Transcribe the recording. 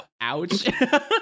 Ouch